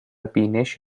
بینش